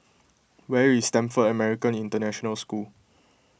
where is Stamford American International School